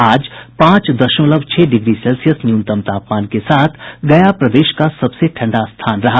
आज पांच दशमलव छह डिग्री सेल्सियस न्यूनतम तापमान के साथ गया प्रदेश का सबसे ठंडा स्थान रहा